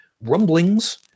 rumblings